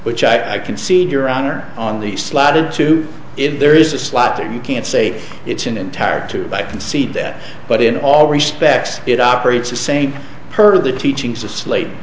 which i can see your honor on the slatted to it there is a slot that you can't say it's an entire tube i concede that but in all respects it operates the same per the teachings of slate